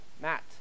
Matt